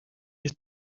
ist